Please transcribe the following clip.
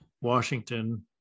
Washington